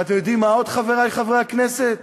ואתם יודעים מה עוד, חברי חברי הכנסת?